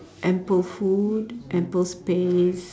ample food ample space